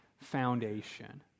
foundation